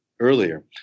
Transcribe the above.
Earlier